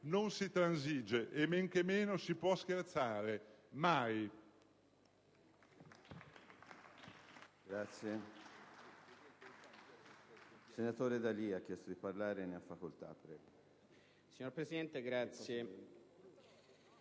non si transige e men che meno si può scherzare. Mai!